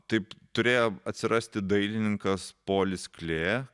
taip turėjo atsirasti dailininkas polis klė